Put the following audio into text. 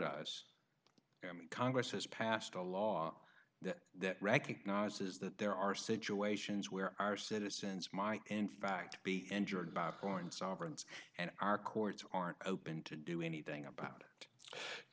us congress has passed a law that recognizes that there are situations where our citizens my in fact be injured back or in sovereigns and our courts aren't open to do anything about it you